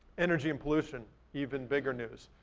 energy and pollution, even bigger news.